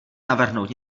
navrhnout